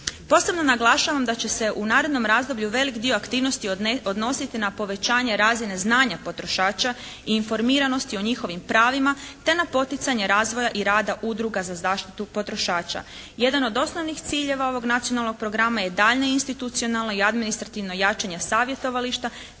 Posebno naglašavam da će se u narednom razdoblju velik dio aktivnosti odnositi na povećanje razine znanja potrošača i informiranost o njihovim pravima, te na poticanje razvoja i rada udruga za zaštitu potrošača. Jedan od osnovnih ciljeva ovog nacionalnog programa je daljnja institucionalno i administrativno jačanje savjetovališta